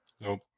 Nope